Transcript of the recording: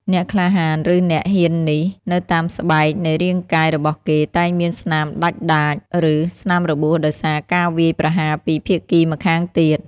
អ្នកក្លាហាន ឬអ្នកហ៊ាននេះ នៅតាមស្បែកនៃរាងកាយរបស់គេតែងមានស្នាមដាច់ដាច ឬស្នាមរបួសដោយសារការវាយប្រហារពីភាគីម្ខាងទៀត ។